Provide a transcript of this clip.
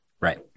Right